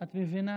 את מבינה?